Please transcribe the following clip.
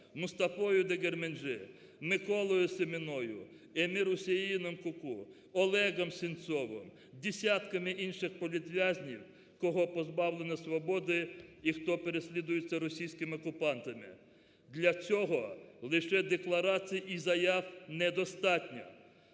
Мустафою Дегерменджи, Миколою Семеною, Емір-Усейн Куку, Олегом Синцовим, десятками інших політв'язнів, кого позбавлено свободи і хто переслідується російськими окупантами. Для цього лише декларацій і заяв недостатньо.